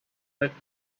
let